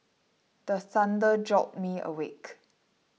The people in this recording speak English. the thunder jolt me awake